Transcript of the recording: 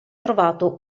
trovato